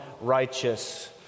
righteous